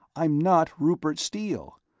i'm not rupert steele.